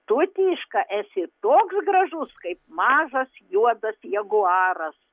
tu tyška esi toks gražus kaip mažas juodas jaguaras